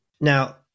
Now